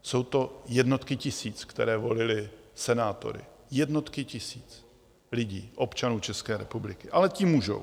Jsou to jednotky tisíc, které volily senátory, jednotky tisíc lidí, občanů České republiky, ale ti můžou.